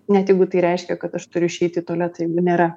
net jeigu tai reiškia kad turi išeiti į tualetą jeigu nėra